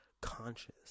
conscious